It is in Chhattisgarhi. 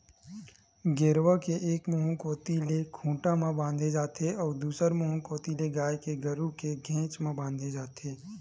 गेरवा के एक मुहूँ कोती ले खूंटा म बांधे जाथे अउ दूसर मुहूँ कोती ले गाय गरु के घेंच म बांधे जाथे